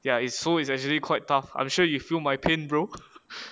ya is so it's actually quite tough I'm sure you feel my pain bro